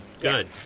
good